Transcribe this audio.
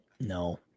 No